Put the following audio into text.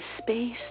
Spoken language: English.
space